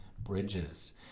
Bridges